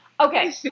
Okay